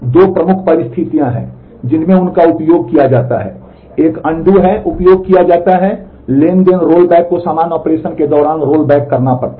दो प्रमुख परिस्थितियां हैं जिनमें उनका उपयोग किया जाता है एक पूर्ववत है उपयोग किया जाता है ट्रांज़ैक्शन रोल बैक को सामान्य ऑपरेशन के दौरान रोलबैक करना पड़ता है